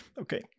Okay